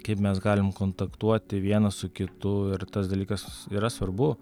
kaip mes galim kontaktuoti vienas su kitu ir tas dalykas yra svarbu